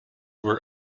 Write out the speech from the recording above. were